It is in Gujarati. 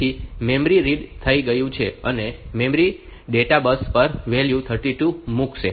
તેથી મેમરી રીડ થઈ ગયું છે અને મેમરી ડેટા બસ પર વેલ્યુ 32 મૂકશે